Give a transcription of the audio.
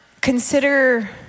consider